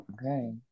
Okay